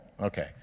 Okay